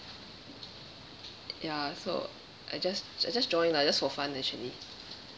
ya so I just I just join lah just for fun actually